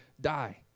die